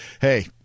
Hey